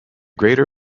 greater